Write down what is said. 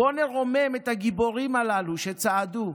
בוא נרומם את הגיבורים הללו שצעדו,